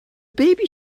baby